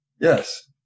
Yes